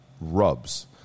rubs –